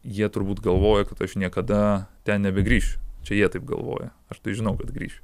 jie turbūt galvoja kad aš niekada ten nebegrįšiu čia jie taip galvoja aš tai žinau kad grįšiu